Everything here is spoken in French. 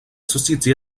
société